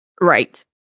Right